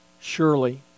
surely